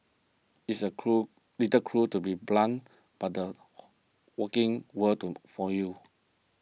it's a cruel little cruel to be blunt but the working world to for you